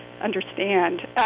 understand